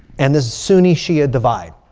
and there's a sunni shi'a divide.